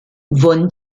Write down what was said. von